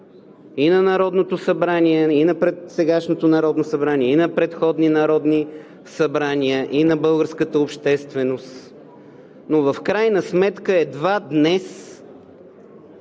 на вниманието и на сегашното Народно събрание, и на предходни народни събрания, и на българската общественост, но в крайна сметка едва днес